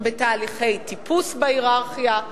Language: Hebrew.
בתהליכי טיפוס בהייררכיה,